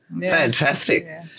fantastic